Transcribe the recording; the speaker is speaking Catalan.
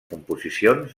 composicions